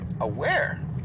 aware